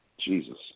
Jesus